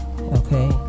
Okay